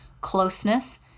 closeness